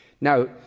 Now